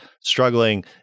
struggling